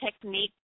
technique